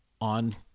on